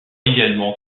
également